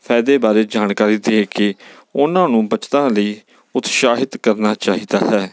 ਫਾਇਦੇ ਬਾਰੇ ਜਾਣਕਾਰੀ ਦੇ ਕੇ ਉਹਨਾਂ ਨੂੰ ਬੱਚਤਾਂ ਲਈ ਉਤਸ਼ਾਹਿਤ ਕਰਨਾ ਚਾਹੀਦਾ ਹੈ